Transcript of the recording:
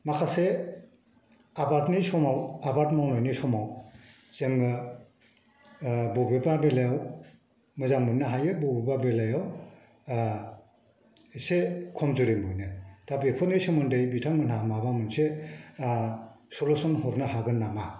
माखासे आबादनि समाव आबाद मावनायनि समाव जोङो बबेबा बेलायाव मोजां मोननो हायो बबेबा बेलायाव एसे खमजरि मोनो दा बेफोरनि सोमोन्दै बिथांमोनहा माबा मोनसे सलुसन होनो हागोन नामा